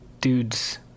dude's